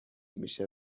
میشه